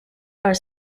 are